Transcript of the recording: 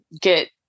get